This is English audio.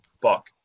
fuck